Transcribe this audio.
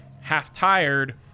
half-tired